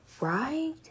Right